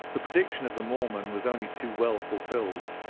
the prediction of the mormon was only too well fulfilled.